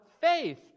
faith